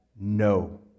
No